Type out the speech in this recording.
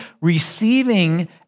receiving